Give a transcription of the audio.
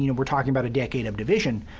you know we're talking about a decade of division.